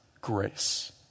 grace